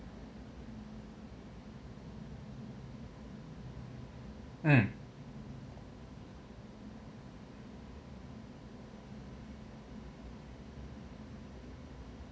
mm